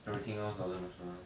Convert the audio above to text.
everything else doesn't matter